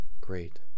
Great